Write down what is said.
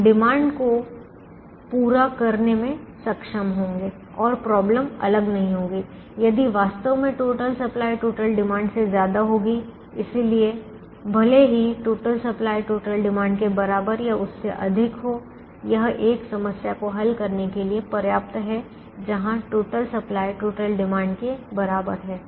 हम डिमांड को पूरा करने में सक्षम होंगे और समस्या अलग नहीं होगी यदि वास्तव में टोटल सप्लाई टोटल डिमांड से ज्यादा होगी इसलिए भले ही टोटल सप्लाई टोटल डिमांड के बराबर या उससे अधिक हो यह एक समस्या को हल करने के लिए पर्याप्त है जहां टोटल सप्लाई टोटल डिमांड के बराबर है